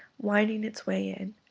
wounding its way in.